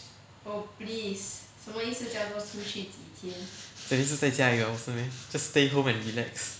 等于实在家里 liao 不是 meh just stay home and relax